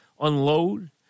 unload